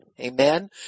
Amen